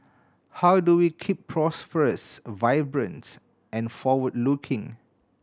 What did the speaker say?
how do we keep prosperous vibrant and forward looking